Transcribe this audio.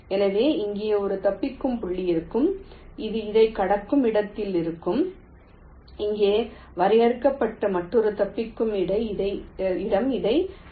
எனவே இங்கே ஒரு தப்பிக்கும் புள்ளி இருக்கும் இது இதைக் கடக்கும் இடத்தில் இருக்கும் இங்கே வரையறுக்கப்பட்ட மற்றொரு தப்பிக்கும் இடம் இதைக் கடக்கும்